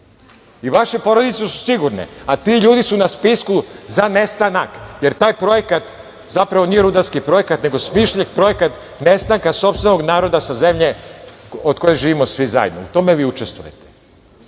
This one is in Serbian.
i vaše porodice su sigurne, a ti ljudi su na spisku za nestanak, jer taj projekat, zapravo nije rudarski projekat, nego smišljeni projekat nestanka sopstvenog naroda sa zemlje od koje živimo svi zajedno. U tome vi učestvujete.